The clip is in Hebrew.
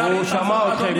הוא שמע אתכם,